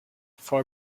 for